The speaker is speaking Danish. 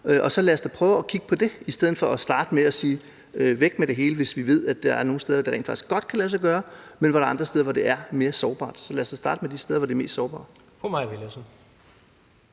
og lad os da så prøve at kigge på det i stedet for at starte med at sige, at det hele skal væk, hvis vi ved, at der er nogle steder, hvor det rent faktisk godt kan lade sig gøre, men hvor der er andre steder, hvor det er mere sårbart. Så lad os da starte med de steder, der er mest sårbare.